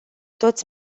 toți